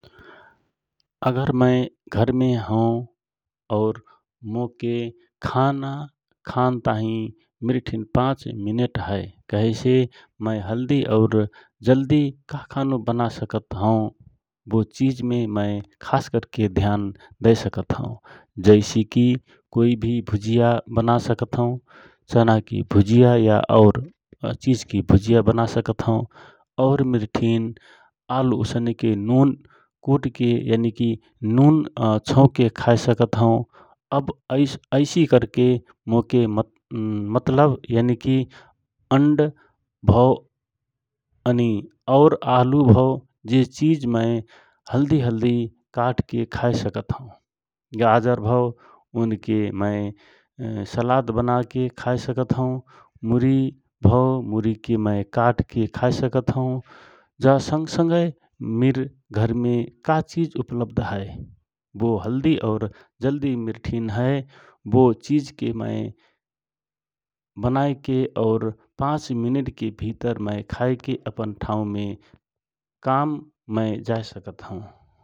अगर मय घर में हौ और मौके। खाना खाना ताँहि मिर ठिन, पाँच मिनट हए कहेसे मय हल्दी और जल्दी का खानु बन सकत हए। वो चीज़ मे मय खास करके ध्यान दए सकत हौ। जैसि की कोई भी भुजिया बना सकता हौँ। चनाकी भुजिया या और चिजकी भुजिया बना सकत हौ और मिरठिन आलूउसनके नुन कुटके यानी कि नुन छौकके खाए सकत हौ । अव ऐसिकरके मोके मतलब यानी की अंड भौ अनि और आलू भाव जे चिज मय हल्दि हल्दि काट के खाए सकत हौ । गाजर भौ उनके मय सलाद बना के खाए सकत हौ मुरी भौ मुरि के मय काट के खाए सकत हौ ज संग गय मिर घरमे का चिज उपलब्ध हए, वो हल्दी और जल्दी मिर ठिन हए बो चिजके मय के बनाएके और पाँच मिनेट के भितर मय खाई के अपन ठाउमे काम मय जए सकत हौँ ।